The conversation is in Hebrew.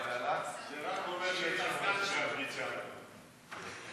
ההצעה להעביר את הנושא לוועדת העבודה,